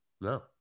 No